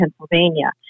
Pennsylvania